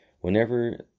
whenever